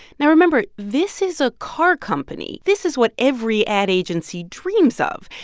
now, remember, this is a car company. this is what every ad agency dreams of.